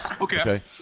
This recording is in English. Okay